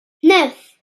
neuf